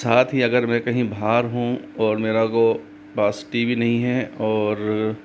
साथ ही अगर मैं कहीं बाहर हूँ और मेरा को पास टी वी नहीं है और